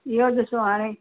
इहो डिसो हाणे